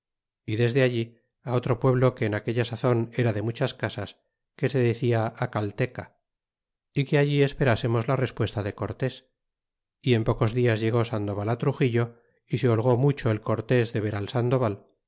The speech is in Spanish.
y desde allí á otro pueblo que en aquella sazon era de muchas casas que se decía acalteea y que allí esperasemos la respuesta de cortés y en pocos dias llegó sandoval á truxillo y se holgó mucho el cortés de ver al sandoval